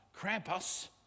Krampus